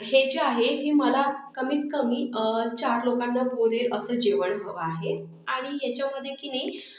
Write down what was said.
हे जे आहे हे मला कमीत कमी चार लोकांना पुरेल असं जेवण हवं आहे आणि याच्यामध्ये की नाही